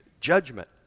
judgment